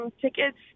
tickets